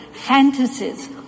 fantasies